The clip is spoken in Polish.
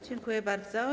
Dziękuję bardzo.